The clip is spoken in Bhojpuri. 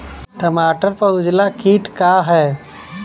टमाटर पर उजला किट का है?